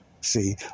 See